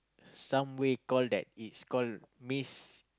some way call that is called miss